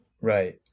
Right